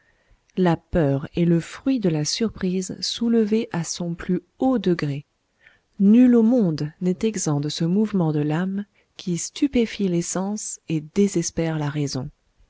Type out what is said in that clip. la peur est le fruit de la surprise soulevée à son plus haut degré nul au monde n'est exempt de ce mouvement de l'âme qui stupéfie les sens et désespère la raison